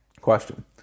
question